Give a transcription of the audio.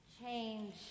change